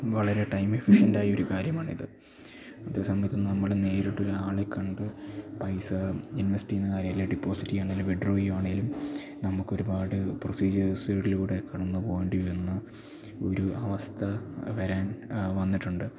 വളരെ time efficient ആയ ഒരു കാര്യമാണ് ഇത് അതെ സംബന്ധിച്ചു നമ്മുടെ നേരിട്ട് ഒരു ആളെ കണ്ടു പൈസ ഇൻവെസ്റ്റ് ചെയ്യുന്ന കാര്യം അല്ലെ ഡെപ്പോസിറ്റീ ആണെങ്കിലും വിഡ്രോ ചെയ്യുവാണെങ്കിലും നമുക്ക് ഒരുപാട് പ്രോസിജേഴ്സിലൂടെ കടന്ന് പോകേണ്ടി വന്ന ഒരു അവസ്ഥ വരാൻ വന്നിട്ടുണ്ട്